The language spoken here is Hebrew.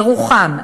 ירוחם,